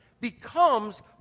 becomes